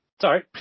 Sorry